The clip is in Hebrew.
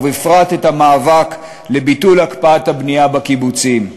ובפרט את המאבק לביטול הקפאת הבנייה בקיבוצים.